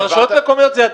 זאת אומרת,